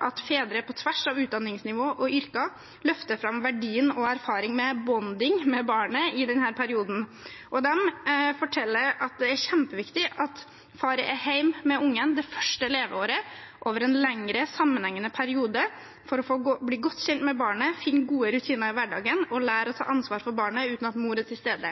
at «fedre på tvers av utdanningsnivåer og yrker løfter fram verdien av og erfaring med «bonding»» med barnet i denne perioden. De forteller at det er kjempeviktig at faren er hjemme med barnet det første leveåret, over en lengre, sammenhengende periode, for å bli godt kjent med barnet, finne gode rutiner i hverdagen og lære å ta ansvar for barnet uten at mor er til stede.